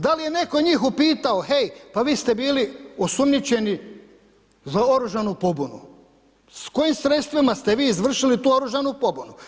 Da li je netko njih upitao hej, pa vi ste bili osumnjičeni za oružanu pobunu, s kojim sredstvima ste vi izvršili tu oružanu pobunu?